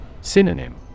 Synonym